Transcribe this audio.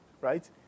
right